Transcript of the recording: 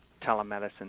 telemedicine